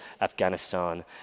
Afghanistan